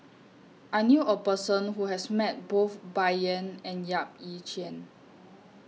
I knew A Person Who has Met Both Bai Yan and Yap Ee Chian